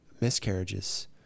miscarriages